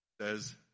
says